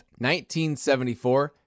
1974